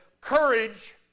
Courage